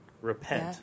Repent